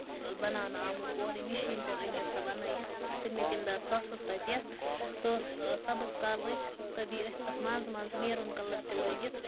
بَناونہٕ آمٕژٕ اورٕے مِشیٖن پیٚٹھ أنۍ مےٚ سۄ بَنٲوِتھ سُہ أنۍ مےٚ تَمہِ دۄہ ساسَس رۄپِیَس سۄ ٲسۍ سَبٕز کَلرٕچ تہٕ بیٚیہِ ٲسۍ تَتھ منٛزٕ منٛزٕ میٚروٗن کَلر تہِ لٲگِتھ